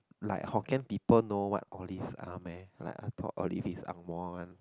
like Hokkien people know what olives are meh like I thought olives is Ang-Moh one